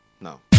no